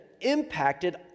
impacted